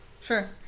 sure